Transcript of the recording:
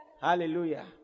Hallelujah